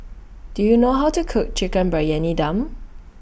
Do YOU know How to Cook Chicken Briyani Dum